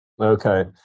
Okay